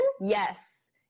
Yes